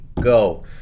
go